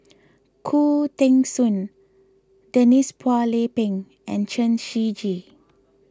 Khoo Teng Soon Denise Phua Lay Peng and Chen Shiji